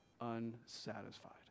unsatisfied